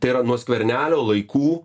tai yra nuo skvernelio laikų